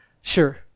sure